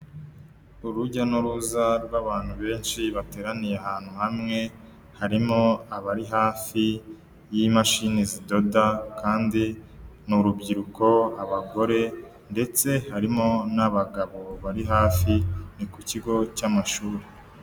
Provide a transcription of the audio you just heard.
Urujya n'uruza rw'abantu benshi bateraniye ahantu hamwe harimo abari hafi y'imashini zidoda kandi ni urubyiruko, abagore ndetse harimo n'abagabo bari hafi ni ku kigo cy'amashuri.